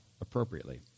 appropriately